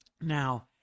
Now